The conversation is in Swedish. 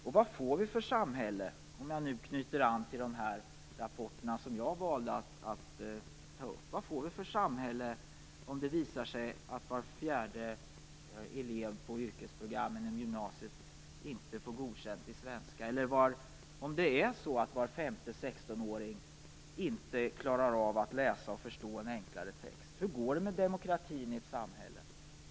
Och vad får vi för samhälle - om jag nu knyter an till de rapporter som jag valde att ta upp - när det visar sig att var fjärde elev i gymnasiet eller inom yrkesprogrammen inte får godkänt i svenska och att var femte 16-åring inte klarar av att läsa och förstå en enklare text? Hur går det med demokratin i ett sådant samhälle?